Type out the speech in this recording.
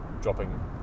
dropping